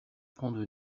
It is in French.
prendre